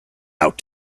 out